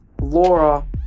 Laura